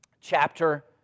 chapter